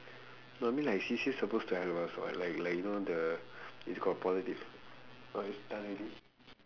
no I mean like she's just supposed to have a like like you know the if got politics oh it's done already